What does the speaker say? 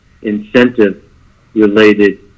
incentive-related